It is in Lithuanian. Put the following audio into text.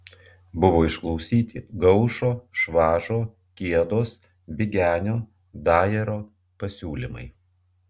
buvo išklausyti gaušo švažo kiedos bigenio dajoro pasiūlymai